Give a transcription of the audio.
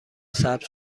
ثبت